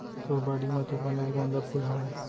तोर बाड़ी म तो बनेच गोंदा फूल हावय